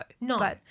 No